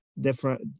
different